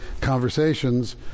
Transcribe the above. conversations